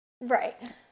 Right